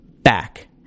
back